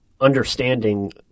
understanding